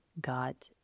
got